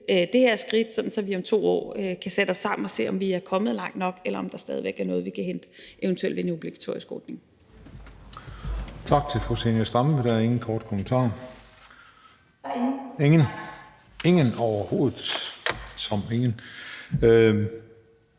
det her skridt, så vi om 2 år kan sætte os sammen og se, om vi er kommet langt nok, eller om der stadig væk er noget, vi kan hente, eventuelt ved en obligatorisk ordning.